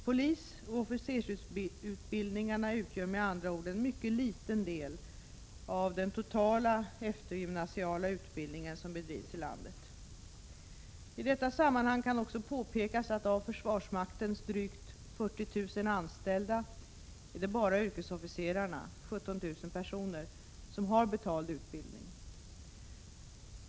Polisoch officersutbildningarna utgör med andra ord en mycket liten del av den totala eftergymnasiala utbildning som bedrivs i landet. I detta sammanhang kan också påpekas att av försvarsmaktens drygt 40 000 anställda är det bara yrkesofficerarna, 17 000 personer, som har betald utbildning.